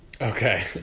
okay